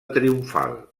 triomfal